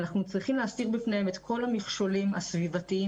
אנחנו צריכים להסיר בפניהן את כל המכשולים הסביבתיים,